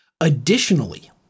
Additionally